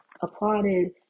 applauded